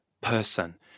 person